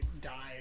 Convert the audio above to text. die